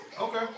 okay